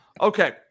Okay